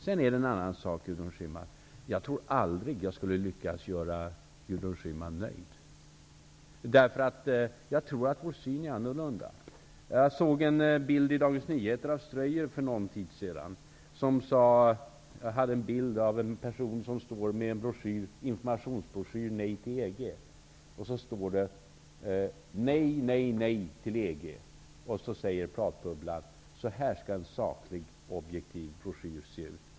Sedan är det en annan sak att jag aldrig, tror jag, lyckas göra Gudrun Schyman nöjd, därför att vi har olika syn på saken. Jag såg en bild av Ströyer i Dagens Nyheter för någon tid sedan. Det var en person som stod med en informationsbroschyr om nej till EG. Det stod: Nej, nej, nej till EG. Och i pratbubblan stod det: Så här ska en saklig och objektiv informationsbroschyr se ut.